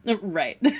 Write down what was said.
Right